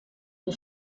die